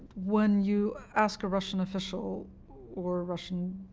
when you ask a russian official or russian